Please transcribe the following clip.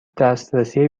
دسترسی